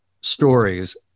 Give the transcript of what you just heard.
stories